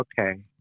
Okay